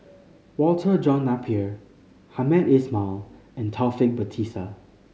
Walter John Napier Hamed Ismail and Taufik Batisah